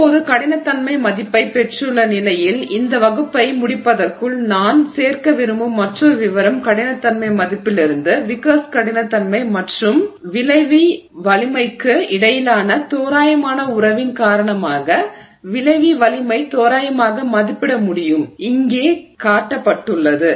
இப்போது கடினத்தன்மை மதிப்பைப் பெற்றுள்ள நிலையில் இந்த வகுப்பை முடிப்பதற்குள் நான் சேர்க்க விரும்பும் மற்றொரு விவரம் கடினத்தன்மை மதிப்பிலிருந்து விக்கர்ஸ் கடினத்தன்மை மற்றும் விளைவி நெகிழ்வு வலிமைக்கு இடையிலான தோராயமான உறவின் காரணமாக விளைவி நெகிழ்வு வலிமையை தோராயமாக மதிப்பிட முடியும் இங்கே காட்டப்பட்டுள்ளது